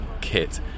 kit